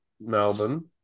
Melbourne